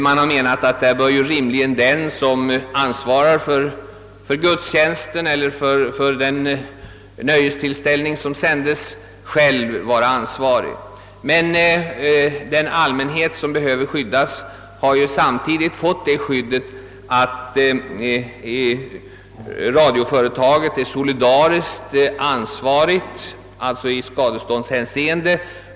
Det har ansetts, att i sådana fall bör rimligen den som ansvarar för den gudstjänst eller nöjestillställning som sänts själv vara ansvarig. Men den allmänhet som behöver skyddas har samtidigt fått det skyddet, att radioföretaget är solidariskt ansvarigt i skadeståndshänseende.